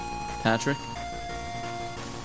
Patrick